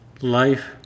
life